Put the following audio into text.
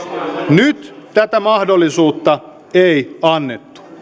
nyt tätä mahdollisuutta ei annettu